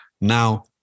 Now